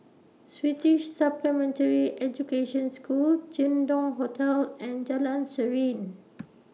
Swedish Supplementary Education School Jin Dong Hotel and Jalan Serene